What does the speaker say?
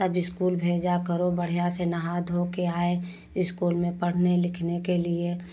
तब स्कूल भेजा करो बढ़िया से नहा धोकर आए स्कूल में पढ़ने लिखने के लिए